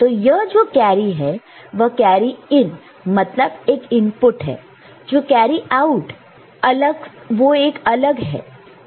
तो यह जो कैरी है वह कैरी इन मतलब एक इनपुट है जो कैरी आउट से अलग है